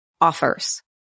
offers